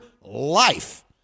life